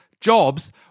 Jobs